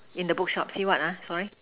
in the bookshop see what ah sorry